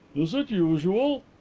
is it usual?